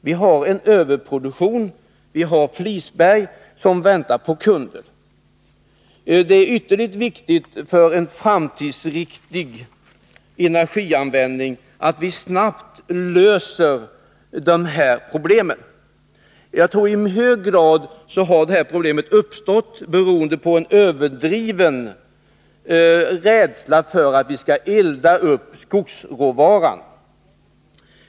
Vi har en överproduktion flisberg som väntar på kunder. Det är ytterligt viktigt för en framtidsriktig energianvändning att vi snabbt löser dessa problem. Jag tror att orsaken till att problemet har uppstått är en överdriven rädsla för att vi skall elda upp industriråvaran.